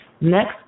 Next